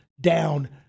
down